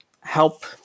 help